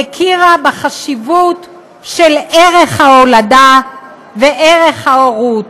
הכירה בחשיבות של ערך ההולדה וערך ההורות.